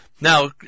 Now